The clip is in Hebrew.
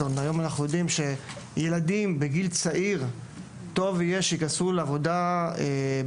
יודעים שעל פי התקנות חובה שיהיה מדריך לקטינים בעל מומחיות לעבודה עם